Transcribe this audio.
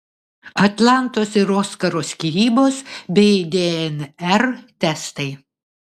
atlantos ir oskaro skyrybos bei dnr testai